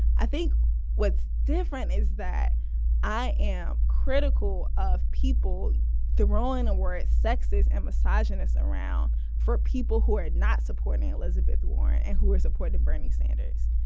i think what's different is that i am critical of people throwing the word sexist and misogynist around for people who are not supporting elizabeth warren and who are supporting bernie sanders.